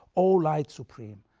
o light supreme,